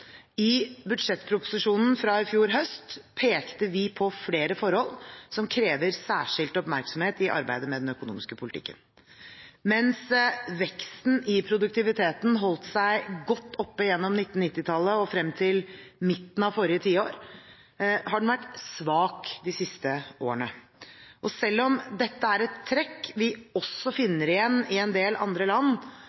I budsjettproposisjonen fra i fjor høst pekte vi på flere forhold som krever særskilt oppmerksomhet i arbeidet med den økonomiske politikken: Mens veksten i produktiviteten holdt seg godt oppe gjennom 1990-tallet og frem til midten av forrige tiår, har den vært svak de siste årene. Selv om dette er et trekk vi også